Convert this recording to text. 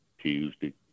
Tuesday